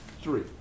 three